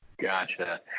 Gotcha